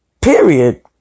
period